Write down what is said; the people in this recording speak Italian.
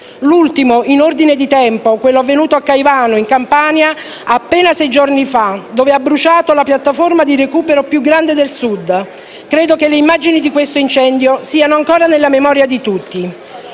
L'ultimo, in ordine di tempo, è avvenuto a Caivano, in Campania, appena sei giorni fa, dove è bruciata la piattaforma di recupero più grande del Sud. Credo che le immagini di questo incendio siano ancora nella memoria di tutti.